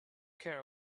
care